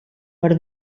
per